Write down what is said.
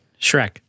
Shrek